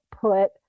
put